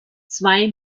zwei